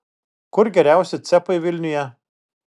kur geriausi cepai vilniuje